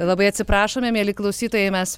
labai atsiprašome mieli klausytojai mes